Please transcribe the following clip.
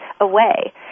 away